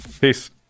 Peace